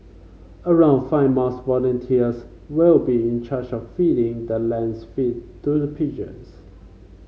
around five mosque volunteers will be in charge of feeding the laced feed to the pigeons